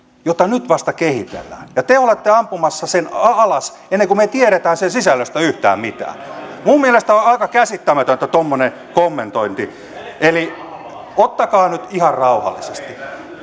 jota nyt vasta kehitellään ja te te olette ampumassa sen alas ennen kuin me tiedämme sen sisällöstä yhtään mitään minun mielestäni on aika käsittämätöntä tuommoinen kommentointi ottakaa nyt ihan rauhallisesti